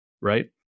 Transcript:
right